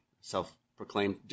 self-proclaimed